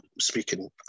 speaking